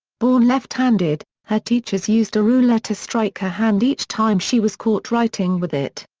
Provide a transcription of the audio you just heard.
born left handed, her teachers used a ruler to strike her hand each time she was caught writing with it.